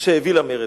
שהביא למרד.